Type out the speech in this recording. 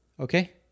Okay